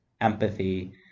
empathy